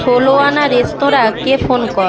ষোলো আনা রেস্তোরাঁকে ফোন করো